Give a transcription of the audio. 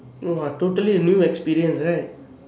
no ah totally new experience right